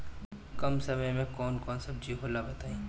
कम समय में कौन कौन सब्जी होला बताई?